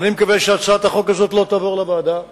אני מקווה שהצעת החוק הזאת לא תעבור לוועדה.